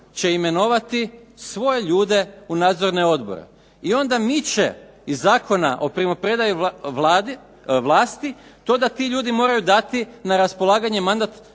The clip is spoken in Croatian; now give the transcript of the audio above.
će imenovati svoje ljude u nadzorne odbore i onda miče iz Zakona o primopredaji vlasti to da ti ljudi moraju dati na raspolaganje mandat